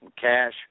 cash